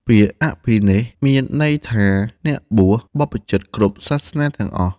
ពាក្យអភិនេស្ក្រម៍មានន័យថា អ្នកបួស បព្វជិតគ្រប់សាសនាទាំងអស់។